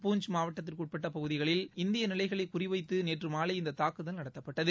பூஞ்ச் மாவட்டத்திற்குட்பட்ட பகுதிகளில் இந்திய நிலைகளை குறிவைத்து நேற்று மாலை இந்த தாக்குதல் நடத்தப்பட்டது